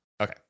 Okay